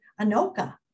Anoka